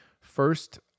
first